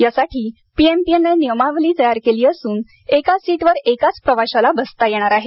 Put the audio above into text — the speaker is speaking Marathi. यासाठी पीएमपीने नियमावली तयार केली असून एका सीटवर एकाच प्रवाशाला बसता येणार आहे